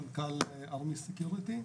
מנכ"ל ארמיס סקיוריטי.